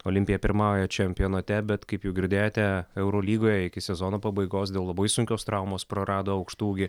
olimpija pirmauja čempionate bet kaip jau girdėjote eurolygoje iki sezono pabaigos dėl labai sunkios traumos prarado aukštaūgį